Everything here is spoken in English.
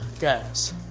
Guys